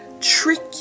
trick